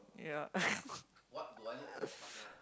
yeah